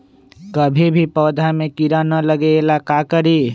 कभी भी पौधा में कीरा न लगे ये ला का करी?